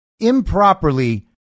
improperly